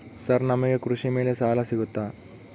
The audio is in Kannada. ಸರ್ ನಮಗೆ ಕೃಷಿ ಮೇಲೆ ಸಾಲ ಸಿಗುತ್ತಾ?